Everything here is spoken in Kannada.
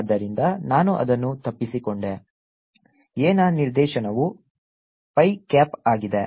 ಆದ್ದರಿಂದ ನಾನು ಅದನ್ನು ತಪ್ಪಿಸಿಕೊಂಡೆ A ನ ನಿರ್ದೇಶನವು phi ಕ್ಯಾಪ್ ಆಗಿದೆ